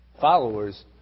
followers